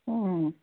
ಹ್ಞೂ